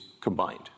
combined